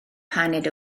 paned